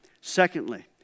Secondly